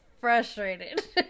frustrated